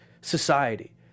society